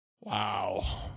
Wow